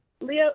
Leo